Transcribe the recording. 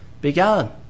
began